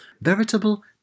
veritable